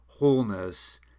Wholeness